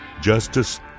justice